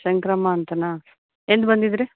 ಶಂಕರಮ್ಮ ಅಂತನಾ ಎಂದು ಬಂದಿದ್ದು ರೀ